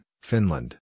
Finland